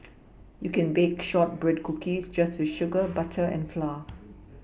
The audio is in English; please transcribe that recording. you can bake shortbread cookies just with sugar butter and flour